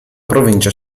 provincia